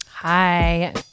hi